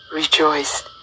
rejoiced